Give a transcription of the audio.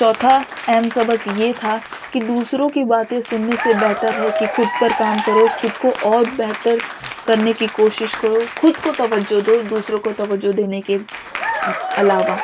چوتھا اہم سبک یہ تھا کہ دوسروں کی باتیں سننے سے بہتر ہے کہ خود پر کام کرو خود کو اور بہتر کرنے کی کوشش کرو خود کو توجہ دو دوسروں کو توجہ دینے کے علاوہ